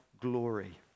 glory